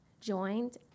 joined